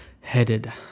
headed